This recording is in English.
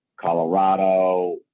Colorado